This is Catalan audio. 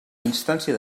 instància